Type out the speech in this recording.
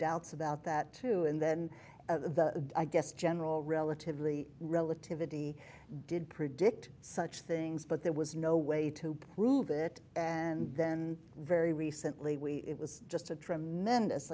doubts about that too and then the i guess general relatively relativity did predict such things but there was no way to prove it and then very recently we it was just a tremendous